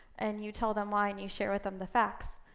and you tell them why, and you share with them the facts.